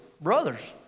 brothers